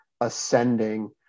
ascending